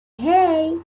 hey